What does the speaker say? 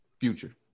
Future